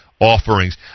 offerings